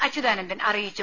അച്യുതാനന്ദൻ അറിയിച്ചു